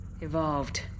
Evolved